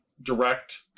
direct